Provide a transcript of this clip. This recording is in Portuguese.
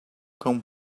cão